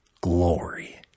glory